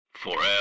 forever